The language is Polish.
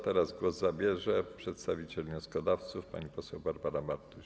Teraz głos zabierze przedstawiciel wnioskodawców pani poseł Barbara Bartuś.